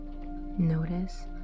Notice